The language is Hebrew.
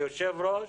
היושב ראש,